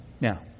Now